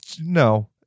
no